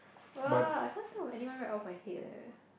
uh I can't think of anyone right off my head eh